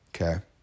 Okay